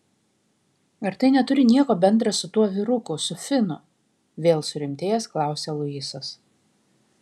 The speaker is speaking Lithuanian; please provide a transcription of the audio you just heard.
ar tai neturi nieko bendra su tuo vyruku su finu vėl surimtėjęs klausia luisas